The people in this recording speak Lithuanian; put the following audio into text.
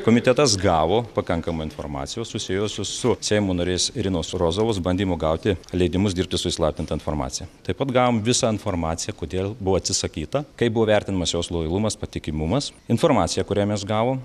komitetas gavo pakankamai informacijos susijusios su seimo narės irinos rozovos bandymu gauti leidimus dirbti su įslaptinta informacija taip pat gavom visą informaciją kodėl buvo atsisakyta kaip buvo vertinamas jos lojalumas patikimumas informaciją kurią mes gavom